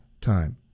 time